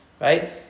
right